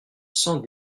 cent